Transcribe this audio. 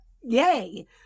yay